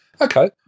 Okay